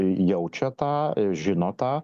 jaučia tą žino tą